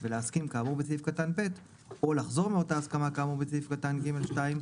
ולהסכים כאמור בסעיף קטן (ב) לחזור מאותה הסכמה כאמור בסעיף קטן (ג)(2),